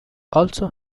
also